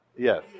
Yes